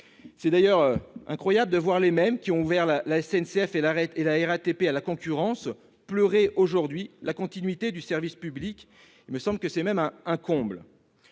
est d'ailleurs incroyable de voir ceux-là mêmes qui ont ouvert la SNCF et la RATP à la concurrence pleurer, aujourd'hui, la continuité du service public. C'est même un comble